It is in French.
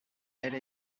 elle